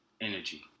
energy